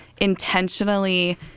intentionally